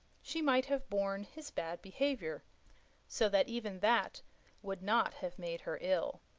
she might have borne his bad behaviour so that even that would not have made her ill.